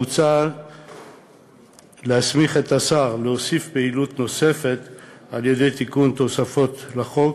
מוצע להסמיך את השר להוסיף פעילות נוספת על-ידי תיקון תוספות לחוק,